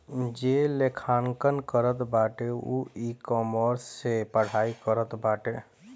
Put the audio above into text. जे लेखांकन करत बाटे उ इकामर्स से पढ़ाई करत बाटे